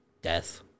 death